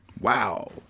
Wow